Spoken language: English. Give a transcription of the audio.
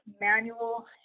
manual